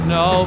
no